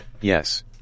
Yes